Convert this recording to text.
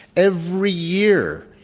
every year,